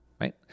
right